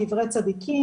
קברי צדיקים,